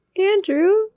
Andrew